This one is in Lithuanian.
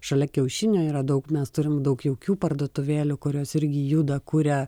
šalia kiaušinio yra daug mes turim daug jaukių parduotuvėlių kurios irgi juda kuria